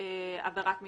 כהפרת משמעת.